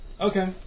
Okay